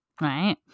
right